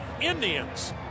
Indians